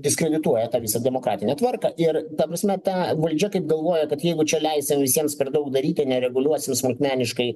diskredituoja visą demokratinę tvarką ir ta prasme ta valdžia kaip galvoja kad jeigu čia leisim visiems per daug daryti nereguliuosim smulkmeniškai